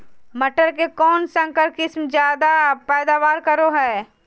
मटर के कौन संकर किस्म जायदा पैदावार करो है?